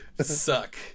suck